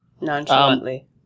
nonchalantly